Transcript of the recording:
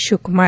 Shivakumar